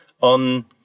on